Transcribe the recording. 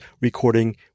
recording